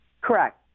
Correct